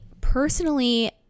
personally